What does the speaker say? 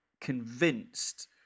convinced